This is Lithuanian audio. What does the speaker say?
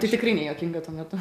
tai tikrai nejuokinga tuo metu